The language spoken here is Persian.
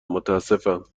متاسفم